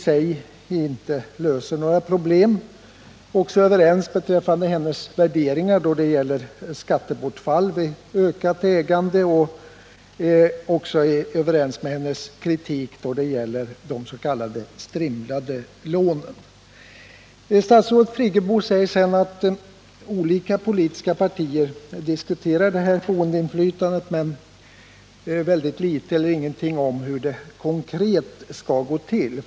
Det gäller uppfattningen att ägandet i sig inte löser några problem, hennes värderingar då det gäller skattebortfall vid ökat ägande och hennes kritik i vad det gäller de s.k. strimlade lånen. Statsrådet Friggebo framhåller vidare att olika politiska partier diskuterar boendeinflytandet men säger väldigt litet om hur det konkret skall utformas.